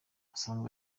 asanzwe